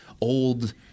old